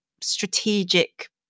strategic